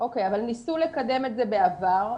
ניסו לקדם את זה בעבר,